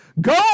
go